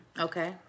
Okay